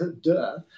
duh